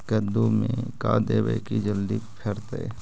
कददु मे का देबै की जल्दी फरतै?